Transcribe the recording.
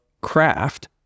craft